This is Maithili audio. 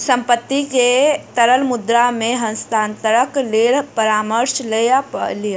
संपत्ति के तरल मुद्रा मे हस्तांतरणक लेल परामर्श लय लिअ